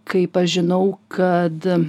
kaip aš žinau kad